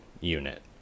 unit